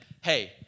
hey